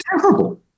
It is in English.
terrible